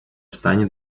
станет